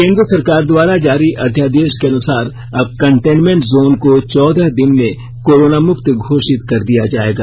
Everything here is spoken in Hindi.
केंद्र सरकार द्वारा जारी अध्यादेश के अनुसार अब कंटेनमेंट जोन को चौदह दिन में कोरोना मुक्त घोषित कर दिया जाएगा